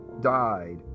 died